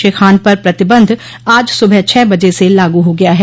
श्री खान पर प्रतिबंध आज सुबह छह बजे से लागू हो गया है